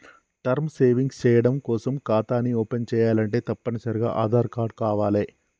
term savings చెయ్యడం కోసం ఖాతాని ఓపెన్ చేయాలంటే తప్పనిసరిగా ఆదార్ కార్డు కావాలే